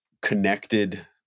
connected